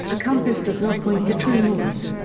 a compass does not point to true north.